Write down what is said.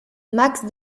max